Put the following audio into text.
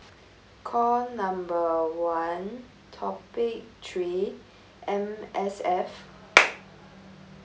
call number one topic three M_S_F